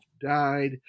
died